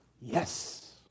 yes